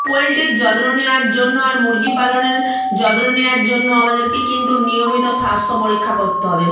পোল্ট্রির যত্ন নেয়ার জন্য আর মুরগী পালনের যত্ন নেয়ার জন্য আমাদেরকে কিন্তু নিয়মিত স্বাস্থ্য পরীক্ষা করতে হবে